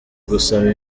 gusoma